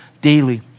daily